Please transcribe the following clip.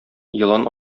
елан